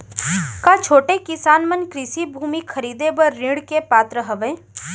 का छोटे किसान मन कृषि भूमि खरीदे बर ऋण के पात्र हवे?